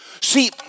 See